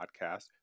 podcast